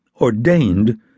ordained